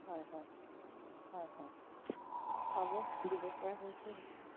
হয় হয় হয় হয় পাব দিবপৰা হৈছে হৈছে